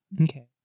Okay